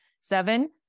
seven